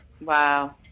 Wow